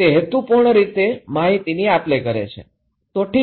તે હેતુપૂર્ણ રીતે માહિતીની આપલે કરે છે તો ઠીક છે